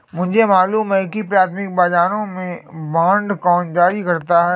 मुझे मालूम है कि प्राथमिक बाजारों में बांड कौन जारी करता है